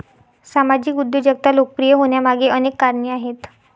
सामाजिक उद्योजकता लोकप्रिय होण्यामागे अनेक कारणे आहेत